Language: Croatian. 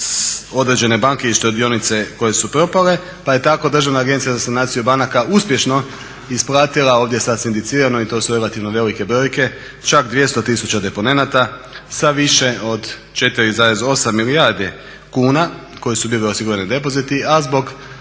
određene banke i štedionice koje su propale, pa je tako Državna agencija za sanaciju banaka uspješno ispratila ovdje sasvim indicirano i to su relativno velike brojke čak 200 tisuća deponenata sa više od 4,8 milijardi kuna koje su bili osigurani depoziti a zbog